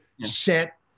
set